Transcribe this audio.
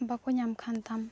ᱵᱟᱠᱚ ᱧᱟᱢ ᱠᱷᱟᱱ ᱛᱟᱢ